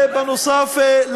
זאת נוסף על